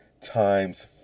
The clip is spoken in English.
times